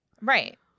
Right